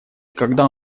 когда